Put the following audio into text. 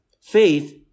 faith